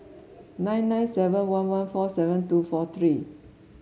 nine nine seven one one four seven two four three